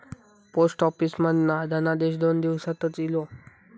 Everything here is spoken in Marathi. पोस्ट ऑफिस मधना धनादेश दोन दिवसातच इलो